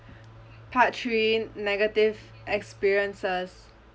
part three negative experiences